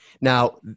now